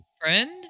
Friend